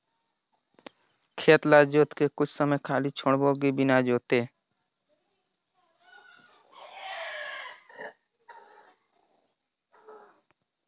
खेत ल जोत के कुछ समय खाली छोड़बो कि बिना जोते?